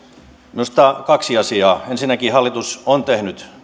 minusta on kaksi asiaa ensinnäkin hallitus on tehnyt